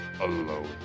alone